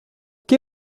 que